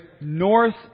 north